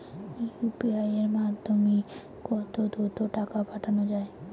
UPI এর মাধ্যমে কত দ্রুত টাকা পাঠানো যায়?